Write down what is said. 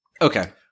Okay